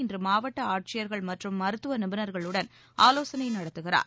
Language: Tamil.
இன்று மாவட்ட ஆட்சியர்கள் மற்றும் மருத்துவ நிபுணர்களுடன் ஆலோசனை நடத்துகிறார்